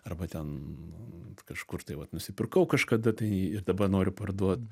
arba ten kažkur tai vat nusipirkau kažkada tai ir dabar noriu parduot